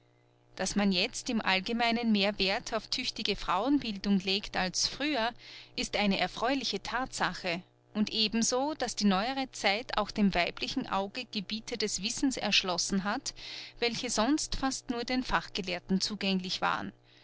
daß man jetzt im allgemeinen mehr werth auf tüchtige frauenbildung legt als früher ist eine erfreuliche thatsache und ebenso daß die neuere zeit auch dem weiblichen auge gebiete des wissens erschlossen hat welche sonst fast nur den fachgelehrten zugänglich waren